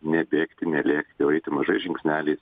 nebėgti nelėktio o eiti mažais žingsneliais